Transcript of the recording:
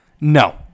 No